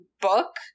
book